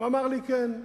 הוא אמר לי שכן.